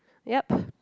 yup